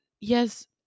yes